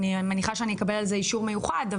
אני מניחה שאני אקבל על זה אישור מיוחד,